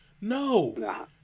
No